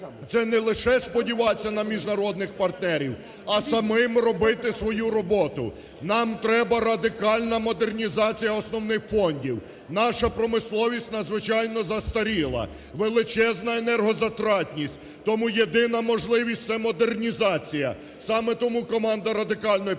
це не лише сподіватися на міжнародних партнерів, а самим робити свою роботу. Нам треба радикальна модернізація основних фондів. Наша промисловість надзвичайно застаріла, величезна енергозатратність. Тому єдина можливість – це модернізація. Саме тому команда Радикальної партії